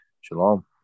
Shalom